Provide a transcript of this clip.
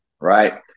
right